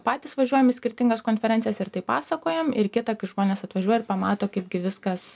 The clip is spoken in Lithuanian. patys važiuojam į skirtingas konferencijas ir tai pasakojam ir kita kai žmonės atvažiuoja ir pamato kaip gi viskas